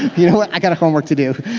you know what? i got homework to do.